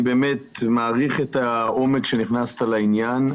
באמת מעריך את העומק שבו נכנסת לעניין,